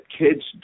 kids